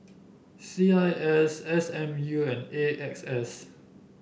C I S S M U and A X S